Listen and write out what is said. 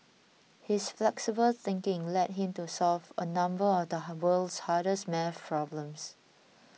his flexible thinking led him to solve a number of the world's hardest math problems